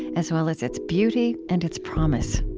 as well as its beauty and its promise